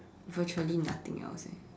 virtually nothing else eh